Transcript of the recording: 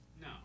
No